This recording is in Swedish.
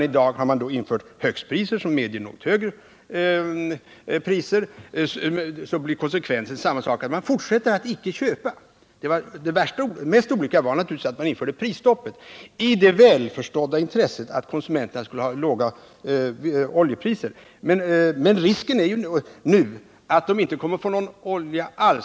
I dag har man infört högstpriser, som medger högre prisuttag, men konsekvensen blir densamma, dvs. att oljebolagen fortsätter att avstå från inköp. Det mest olyckliga var naturligtvis att man införde prisstoppet, i det välförstådda intresset att konsumenterna skulle ha låga oljepriser. Risken är ju nu att de inte kommer att få någon olja alls.